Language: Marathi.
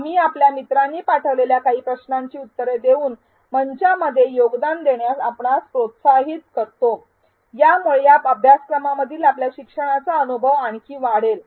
आम्ही आपल्या मित्रांनी पाठवलेल्या काही प्रश्नांची उत्तरे देऊन मंचामध्ये योगदान देण्यास आपणास प्रोत्साहित करतो यामुळे या अभ्यासक्रमामधील आपल्या शिक्षणाचा अनुभव आणखी वाढेल